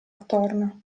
attorno